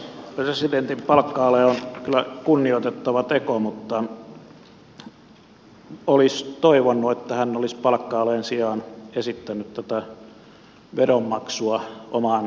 presidentin palkka ale on kyllä kunnioitettava teko mutta olisi toivonut että hän olisi palkka alen sijaan esittänyt veronmaksua omaan palkkioonsa